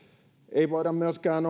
ei voida myöskään